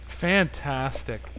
Fantastic